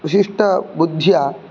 विशिष्टबुद्ध्या